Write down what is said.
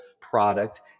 product